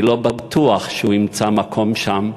ואני לא בטוח שהוא ימצא מקום שם,